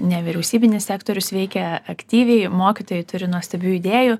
nevyriausybinis sektorius veikia aktyviai mokytojai turi nuostabių idėjų